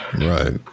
Right